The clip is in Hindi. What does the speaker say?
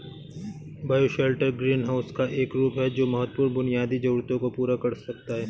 बायोशेल्टर ग्रीनहाउस का एक रूप है जो महत्वपूर्ण बुनियादी जरूरतों को पूरा कर सकता है